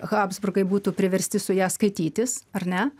habsburgai būtų priversti su ja skaitytis ar ne